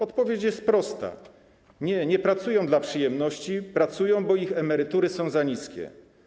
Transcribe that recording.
Odpowiedź jest prosta: nie, nie pracują dla przyjemności, pracują, bo ich emerytury są za niskie.